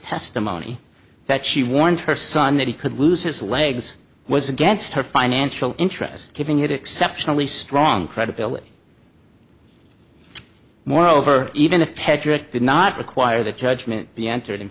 testimony that she warned her son that he could lose his legs was against her financial interest keeping it exceptionally strong credibility moreover even if hedrick did not require that judgment be entered in